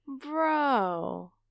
Bro